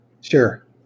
sure